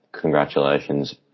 Congratulations